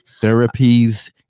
therapies